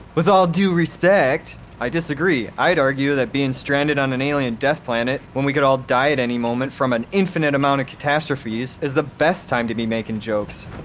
with all due respect, i disagree. i'd argue that being stranded on an alien death planet, when we could all die at any moment from an infinite amount of catastrophes, is the best time to be making jokes.